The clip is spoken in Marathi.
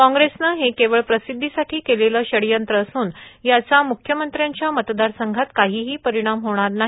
कांग्रेसने हे केवळ प्रसिद्वीसाठी केलेले षडयंत्र असून याचा म्ख्यमंत्र्यांच्या मतदारसंघात काहीही परिणाम होणार नाही